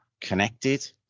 connected